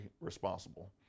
responsible